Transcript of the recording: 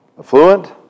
Affluent